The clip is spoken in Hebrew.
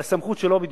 זו סמכות שלו בדיוק.